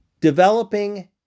Developing